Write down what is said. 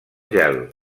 gel